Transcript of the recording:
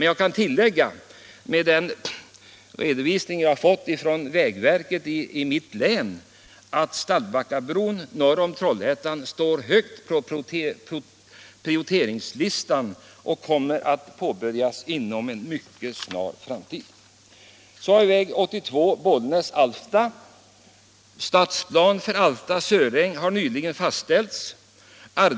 Jag kan tillägga att enligt den redovisning jag fått från vägverket i mitt län står Stallabackabron norr om Trollhättan högt på prioriteringslistan. Den kommer att påbörjas inom en mycket snar framtid.